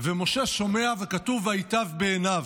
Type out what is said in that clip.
ומשה שומע, וכתוב "ויטב בעיניו".